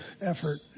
effort